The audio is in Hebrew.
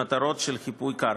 למטרות של חיפוי קרקע.